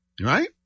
right